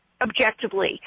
objectively